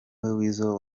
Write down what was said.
weasel